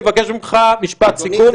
אני מבקש ממך משפט סיכום,